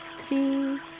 three